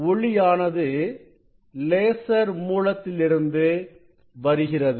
ஒளியானது லேசர்மூலத்திலிருந்து வருகிறது